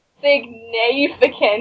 significant